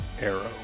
Arrow